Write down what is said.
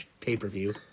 pay-per-view